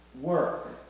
Work